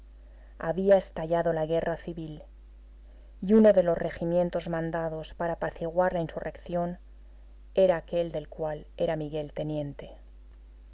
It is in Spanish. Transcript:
había estallado la guerra civil y uno de los regimientos mandados para apaciguar la insurrección era aquel del cual era miguel teniente